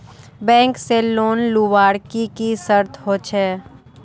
Bank से loan लुबार की की शर्त होचए?